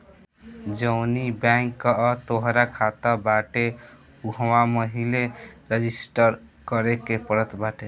जवनी बैंक कअ तोहार खाता बाटे उहवा पहिले रजिस्टर करे के पड़त बाटे